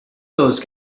those